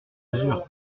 mesure